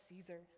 Caesar